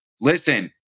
listen